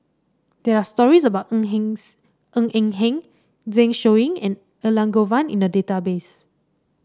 there are stories about Ng Eng Ng Eng Hen Zeng Shouyin and Elangovan in the database